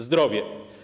Zdrowie.